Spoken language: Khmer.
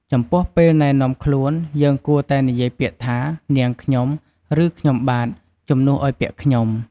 ចំពោះពេលណែនាំខ្លួន យើងគួរតែនិយាយពាក្យថា "នាងខ្ញុំ" ឬ "ខ្ញុំបាទ" ជំនួសឲ្យពាក្យ "ខ្ញុំ"។